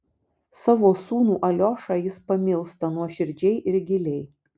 savo sūnų aliošą jis pamilsta nuoširdžiai ir giliai